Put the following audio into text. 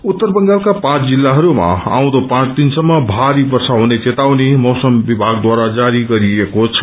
उत्तर बंगालका पाँच जिल्लाहरूमा आउँदो पाँच दिनसम्म भारी वर्षा हुने चेतावनी मौसम विभागवारा जारी गरिएको छ